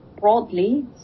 broadly